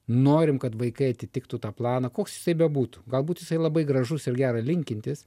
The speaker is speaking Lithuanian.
norim kad vaikai atitiktų tą planą koks jisai bebūtų galbūt jisai labai gražus ir gera linkintis